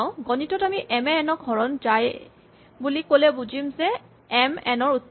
গণিতত আমি M A N ক হৰণ যায় বুলি ক'লে বুজিম যে এম এন ৰ উৎপাদক